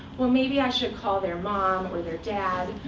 well, maybe i should call their mom, or their dad,